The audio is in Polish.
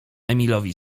emilowi